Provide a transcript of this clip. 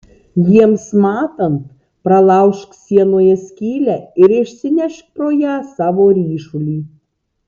jiems matant pralaužk sienoje skylę ir išsinešk pro ją savo ryšulį